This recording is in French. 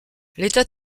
l’état